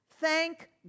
Thank